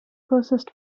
closest